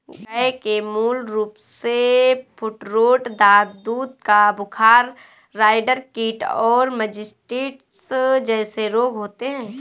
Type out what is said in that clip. गय के मूल रूपसे फूटरोट, दाद, दूध का बुखार, राईडर कीट और मास्टिटिस जेसे रोग होते हें